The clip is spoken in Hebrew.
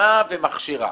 משלימה ומכשירה.